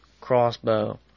crossbow